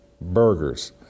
burgers